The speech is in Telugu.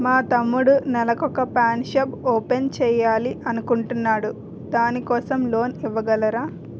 మా తమ్ముడు నెల వొక పాన్ షాప్ ఓపెన్ చేయాలి అనుకుంటునాడు దాని కోసం లోన్ ఇవగలరా?